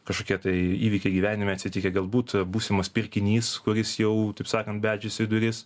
kažkokie tai įvykiai gyvenime atsitikę galbūt būsimas pirkinys kuris jau taip sakant beldžiasi į duris